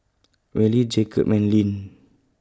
Wally Jacob and Leann